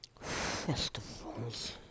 festivals